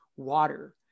water